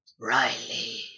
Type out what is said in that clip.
Riley